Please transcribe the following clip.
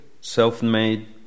self-made